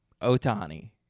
Otani